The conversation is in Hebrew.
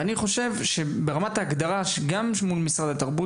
ואני חושב שברמת ההגדרה גם מול משרד התרבות